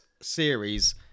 series